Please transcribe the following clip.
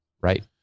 right